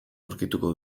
aurkituko